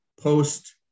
post